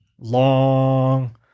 long